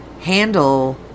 handle